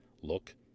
look